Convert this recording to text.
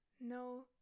no